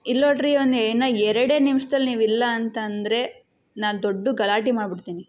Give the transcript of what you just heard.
ಇಲ್ಲಿನೋಡ್ರಿ ಒಂದು ಏನು ಎರಡೇ ನಿಮಿಷದಲ್ ನೀವು ಇಲ್ಲ ಅಂತ ಅಂದರೆ ನಾನು ದೊಡ್ಡ ಗಲಾಟೆ ಮಾಡ್ಬಿಡ್ತೀನಿ